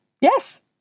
yes